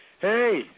Hey